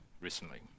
recently